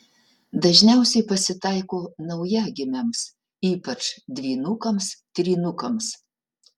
dažniausiai pasitaiko naujagimiams ypač dvynukams trynukams